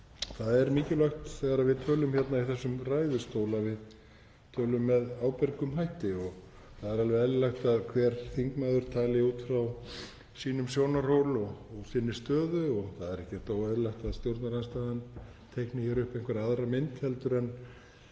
Það er mikilvægt þegar við tölum hérna í þessum ræðustól að við tölum með ábyrgum hætti og það er alveg eðlilegt að hver þingmaður tali frá sínum sjónarhóli og sinni stöðu og það er ekkert óeðlilegt að stjórnarandstaðan teikni hér upp einhverja aðra mynd heldur en